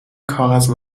کاغذ